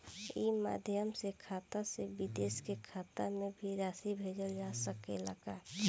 ई माध्यम से खाता से विदेश के खाता में भी राशि भेजल जा सकेला का?